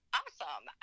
awesome